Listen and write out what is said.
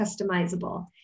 customizable